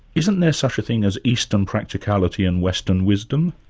isn't there such a thing as eastern practicality and western wisdom?